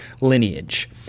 lineage